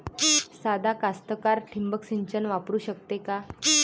सादा कास्तकार ठिंबक सिंचन वापरू शकते का?